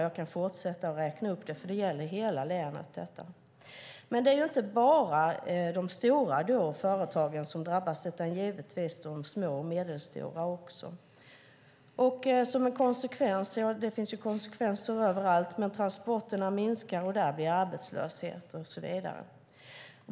Jag kan fortsätta räkna upp dem för detta gäller hela länet. Det är inte bara de stora företagen som drabbas utan givetvis de små och medelstora också. Som en konsekvens - det finns ju konsekvenser överallt - minskar transporterna och det blir arbetslöshet.